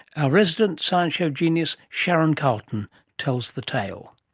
our resident science show genius sharon carleton tells the tale.